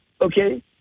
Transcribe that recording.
okay